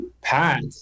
Pat